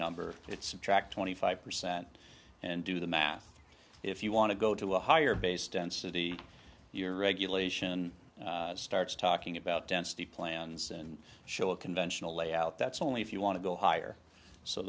number it's subtract twenty five percent and do the math if you want to go to a higher base density your regulation starts talking about density plans and show a conventional layout that's only if you want to go higher so